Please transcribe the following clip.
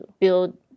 build